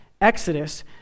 Exodus